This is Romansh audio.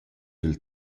sül